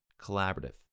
Collaborative